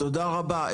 תודה רבה.